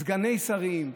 סגני שרים,